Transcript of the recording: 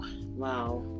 wow